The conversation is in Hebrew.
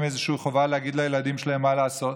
איזושהי חובה להגיד לילדים שלהם מה לעשות,